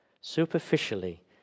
Superficially